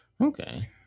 Okay